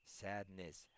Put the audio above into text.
sadness